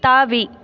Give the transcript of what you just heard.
தாவி